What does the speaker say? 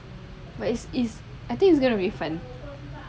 but it's it's I think it's gonna be fun